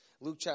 Luke